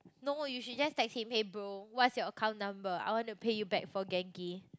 no you should just text him hey bro what is your account number I want to pay you back for Genki